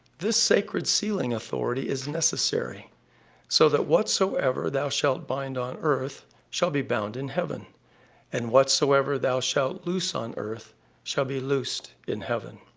this sacred sealing authority is necessary so that whatsoever thou shalt bind on earth shall be bound in heaven and whatsoever thou shalt loose on earth shall be loosed in heaven.